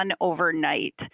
overnight